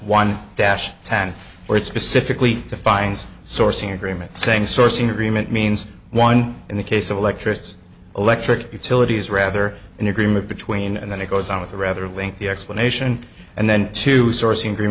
one dash ten where it specifically defines sourcing agreement saying sourcing agreement means one in the case of electricity electric utilities rather an agreement between and then it goes on with a rather lengthy explanation and then to sourcing